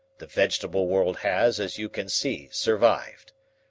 the vegetable world has, as you can see, survived.